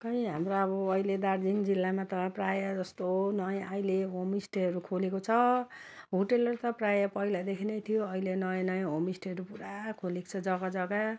खै हाम्रो अहिले दार्जिलिङ जिल्लामा त प्रायः जस्तो नयाँ अहिले होम स्टेहरू खोलेको छ होटेलहरू त प्रायः पहिलादेखि नै थियो अहिले नयाँ नयाँ होम स्टेहरू पुरा खोलेक छ जगा जगा